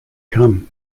come